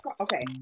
okay